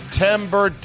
September